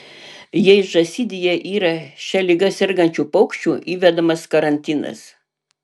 jei žąsidėje yra šia liga sergančių paukščių įvedamas karantinas